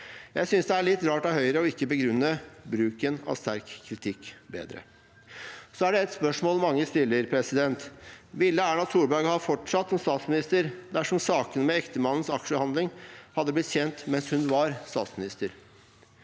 Jeg synes det er litt rart av Høyre ikke å begrunne bruken av sterk kritikk bedre. Et spørsmål mange stiller, er: Ville Erna Solberg ha fortsatt som statsminister dersom sakene med ektemannens aksjehandling hadde blitt kjent mens hun var statsminister?